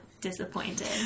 disappointed